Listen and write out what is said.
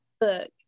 book